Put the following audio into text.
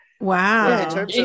Wow